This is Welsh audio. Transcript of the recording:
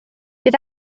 bydd